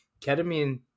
ketamine